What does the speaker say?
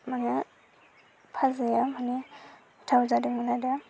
माया फाजाया मानि गोथाव जादोंमोन आरो